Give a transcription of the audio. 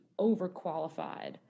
overqualified